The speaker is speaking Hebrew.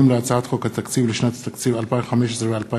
להצעת חוק התקציב לשנות התקציב 2015 ו-2016,